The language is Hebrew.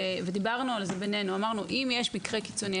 ודיברנו על זה בינינו אמרנו שאם יש מקרה קיצוני,